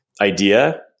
idea